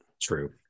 True